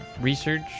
research